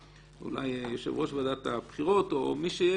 אולי יושב-ראש ועדת הבחירות או מי שיהיה